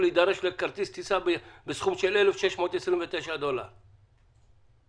מי